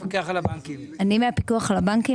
אני מהפיקוח על הבנקים,